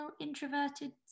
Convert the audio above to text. introverted